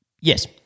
Yes